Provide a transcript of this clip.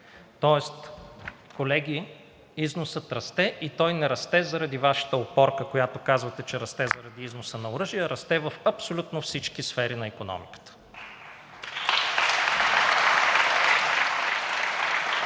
Тоест, колеги, износът расте и той не расте заради Вашата опорка, която казвате, че расте заради износа на оръжие, а расте в абсолютно всички сфери на икономиката.